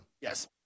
Yes